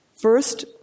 First